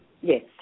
Yes